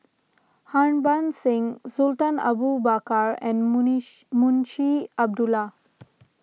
Harbans Singh Sultan Abu Bakar and Munshi Abdullah